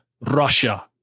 Russia